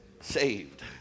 saved